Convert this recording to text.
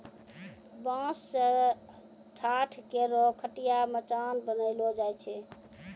बांस सें ठाट, कोरो, खटिया, मचान बनैलो जाय छै